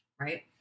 Right